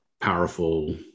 powerful